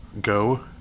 go